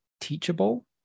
teachable